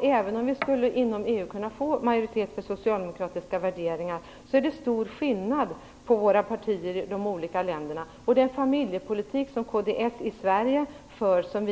Även om vi inom EU skulle kunna få majoritet för socialdemokratiska värderingar är det stor skillnad på våra partier i de olika länderna. Den familjepolitik som kds i Sverige för, som